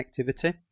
connectivity